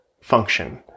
function